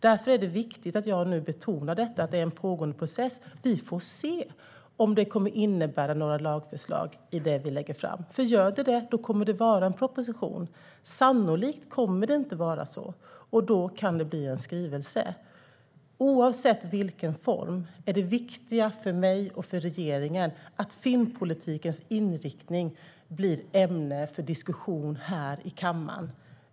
Därför är det viktigt att jag nu betonar att det är en pågående process. Vi får se om den kommer att innebära några lagförslag. Då blir det en proposition, men sannolikt blir det inte så och då kan det bli en skrivelse. Oavsett vilken form det blir är det viktiga för mig och regeringen att filmpolitikens inriktning blir ett ämne för diskussion här i kammaren.